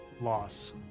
loss